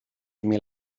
mil